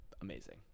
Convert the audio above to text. amazing